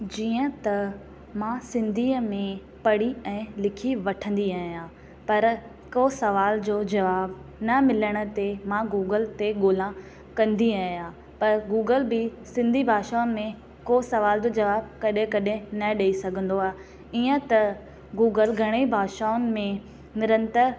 जीअं त मां सिंधीअ में पढ़ी ऐं लिखी वठंदी आहियां पर को सवाल जो जवाबु न मिलण ते मां गूगल ते ॻोल्हा कंदी आहियां पर गूगल बि सिंधी भाषा में को सवाल जो जवाबु कॾहिं कॾहिं न ॾेई सघंदो आहे ईअं त गूगल घणेई भाषाउनि में निरंतर